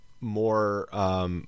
more –